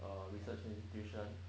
err research institution